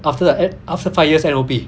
after eh after five years M_O_P